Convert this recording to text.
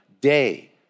day